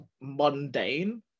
mundane